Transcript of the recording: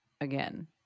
again